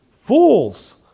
fools